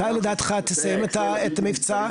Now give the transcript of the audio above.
מתי לדעתך תסיים את המבצע?